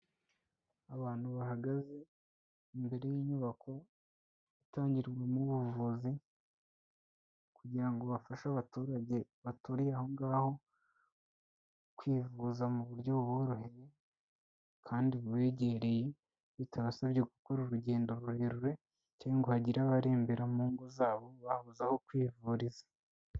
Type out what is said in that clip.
Abantu bahagaze imbere y'inyubako itangirwamo ubuvuzi, kugira ngo bafashe abaturage baturiye aho ngaho, kwivuza mu buryo buboroheye, kandi bubegereye, bitabasabye gukora urugendo rurerure, cyangwa ngo hagire abarembera mu ngo zabo babuze aho kwivuriza.